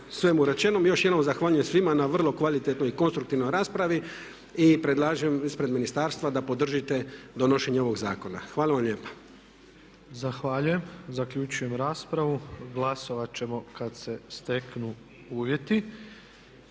svemu rečenom, još jednom zahvaljujem svima na vrlo kvalitetnoj i konstruktivnoj raspravi i predlažem ispred ministarstva da podržite donošenje ovog zakona. Hvala lijepa. **Tepeš, Ivan (HSP AS)** Zahvaljujem. Zaključujem raspravu. Glasovat ćemo kad se steknu uvjeti.